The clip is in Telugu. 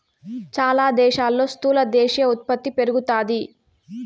చాలా దేశాల్లో స్థూల దేశీయ ఉత్పత్తి పెరుగుతాది